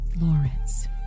Lawrence